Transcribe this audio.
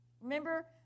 remember